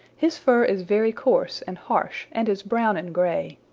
his fur is very coarse and harsh and is brown and gray.